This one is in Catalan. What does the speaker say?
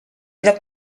lloc